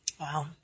Wow